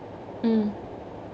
mm